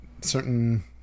certain